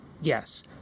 Yes